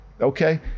Okay